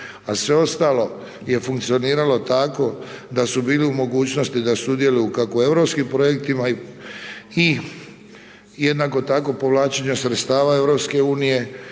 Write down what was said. a sve ostalo je funkcioniralo tako da su bili u mogućnosti da sudjeluju kako u europskim projektima i jednako tako povlačenju sredstava EU-a,